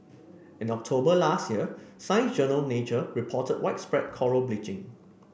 in October last year Science Journal Nature reported widespread coral bleaching